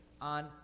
on